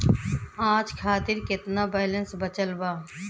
आज खातिर केतना बैलैंस बचल बा?